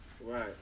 Right